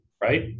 Right